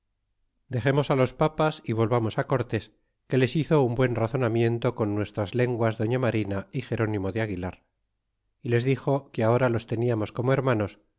dexemos á los papas y volvamos á cortés que les hizo un buen razonamiento con nuestras lenguas doña marina y gerónimo de aguilar y les dixo que ahora los teniamos como hermanos